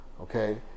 Okay